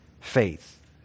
faith